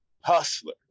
hustler